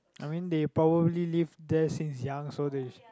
I mean they probably live there since young so they